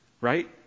Right